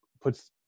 puts